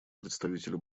представителю